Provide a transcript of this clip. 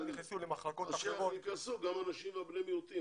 אז שייכנסו גם בני המיעוטים,